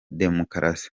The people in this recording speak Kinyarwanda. demukarasi